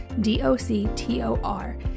D-O-C-T-O-R